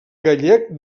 gallec